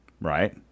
right